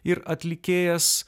ir atlikėjas